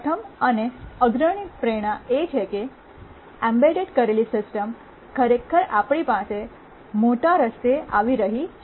પ્રથમ અને અગ્રણી પ્રેરણા એ છે કે એમ્બેડ કરેલી સિસ્ટમ્સ ખરેખર આપણી પાસે મોટી રસ્તે આવી રહી છે